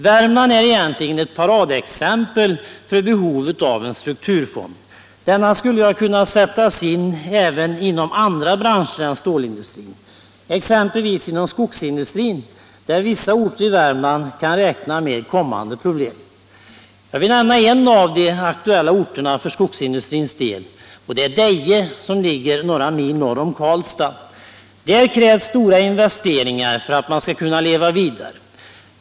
Värmland är egentligen ett paradexempel när det gäller behovet av en strukturfond. Denna skulle ju ha kunnat sättas in även inom andra branscher än stålindustrin, exempelvis inom skogsindustrin, där vissa orter i Värmland kan räkna med kommande problem. Jag vill nämna en av de aktuella orterna för skogsindustrins del, och det är Deje, som ligger några mil norr om Karlstad. Där krävs stora investeringar för att man skall kunna leva vidare.